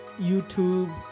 YouTube